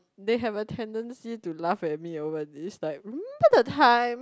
they have a tendency to laugh at me over this like remember that the time